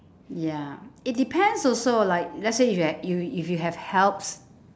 ya it depends also like let's say if you have you if you have helps